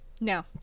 No